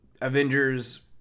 Avengers